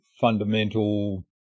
fundamental